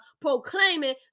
proclaiming